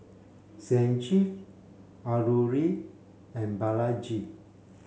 Sanjeev Alluri and Balaji